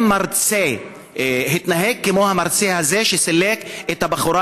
אם מרצה התנהג כמו המרצה הזה שסילק את הבחורה